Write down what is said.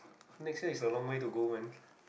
next year is a long way to go man